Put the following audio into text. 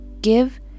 Give